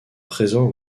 présent